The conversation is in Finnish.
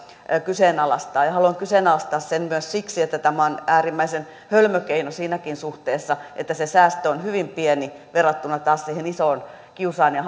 kyseenalaistaa ja ja haluan kyseenalaistaa sen myös siksi että tämä on äärimmäisen hölmö keino siinäkin suhteessa että se säästö on hyvin pieni verrattuna taas siihen itse asiassa isoon kiusaan ja